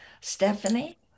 Stephanie